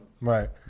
Right